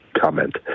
comment